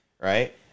right